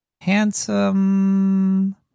Handsome